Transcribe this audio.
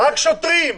רק שוטרים.